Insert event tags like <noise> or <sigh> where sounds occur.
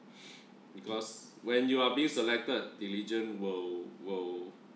<breath> because when you are being selected diligent will will